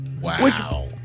wow